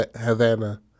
Havana